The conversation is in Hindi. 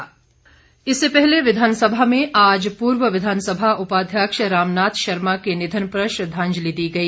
शोकोदगार विधानसभा में आज पूर्व विधानसभा उपाध्यक्ष राम नाथ शर्मा के निधन पर श्रद्दांजलि दी गई